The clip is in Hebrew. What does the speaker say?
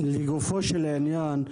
לגופו של עניין,